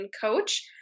coach